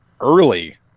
early